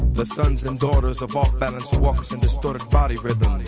the sons and daughters of off-balance walks and historic body rhythms.